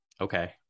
Okay